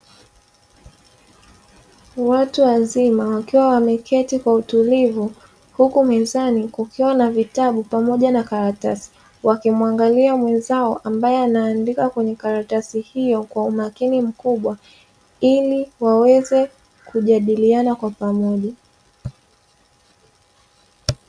Watu wazima wakiwa wameketi kwa utulivu, huku mezani kukiwa na vitabu pamoja na karatasi, wakimwangalia mwenzao ambaye anaandika kwenye karatasi hiyo kwa umakini mkubwa ili waweze kujadiliana kwa pamoja.